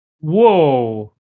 whoa